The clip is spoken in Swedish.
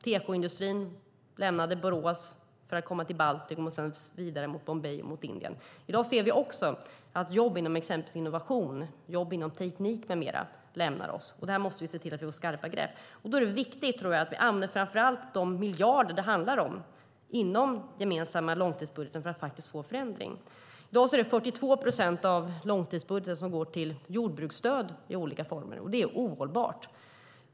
Tekoindustrin lämnade Borås för Baltikum och sedan Indien. I dag ser vi att jobb inom exempelvis innovation, teknik med mera lämnar oss. Här måste vi ta skarpa grepp, och det är viktigt att vi använder de miljarder det handlar om inom den gemensamma långtidsbudgeten för att få en förändring. I dag går 42 procent av långtidsbudgeten till olika former av jordbruksstöd. Det är ohållbart.